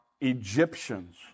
Egyptians